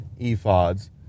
ephods